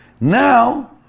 Now